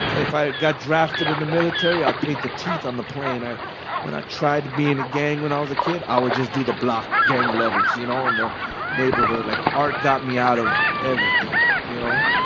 if i got drafted in the military, i'd paint the teeth on the plane. i when i tried being in a gang when i was a kid, i would just do the block gang letters, you know, in the neighborhood like, art got me out of everything, you know.